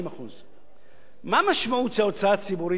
מה המשמעות של ההוצאה הציבורית הנמוכה?